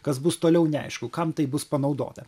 kas bus toliau neaišku kam tai bus panaudota